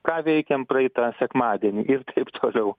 ką veikėm praeitą sekmadienį ir taip toliau